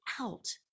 out